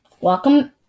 Welcome